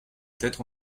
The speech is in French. tête